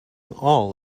all